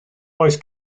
oes